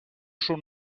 schon